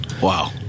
Wow